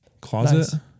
closet